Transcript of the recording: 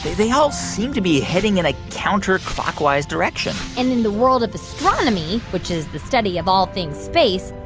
they all seem to be heading in a counter-clockwise direction and in the world of astronomy, which is the study of all things space,